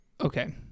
okay